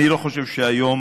אני לא חושב שהיום